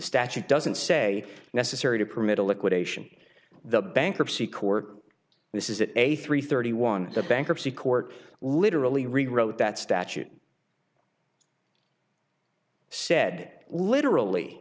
statute doesn't say necessary to permit a liquidation the bankruptcy court this is it a three thirty one the bankruptcy court literally rewrote that statute said literally